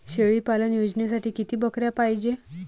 शेळी पालन योजनेसाठी किती बकऱ्या पायजे?